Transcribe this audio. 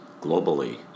globally